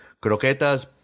croquetas